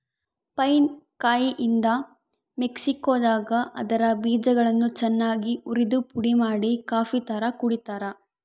pine ಕಾಯಿಯಿಂದ ಮೆಕ್ಸಿಕೋದಾಗ ಅದರ ಬೀಜಗಳನ್ನು ಚನ್ನಾಗಿ ಉರಿದುಪುಡಿಮಾಡಿ ಕಾಫಿತರ ಕುಡಿತಾರ